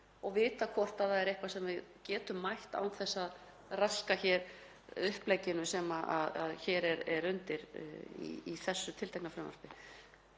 og vita hvort það er eitthvað sem við getum mætt án þess að raska hér upplegginu sem er undir í þessu tiltekna frumvarpi.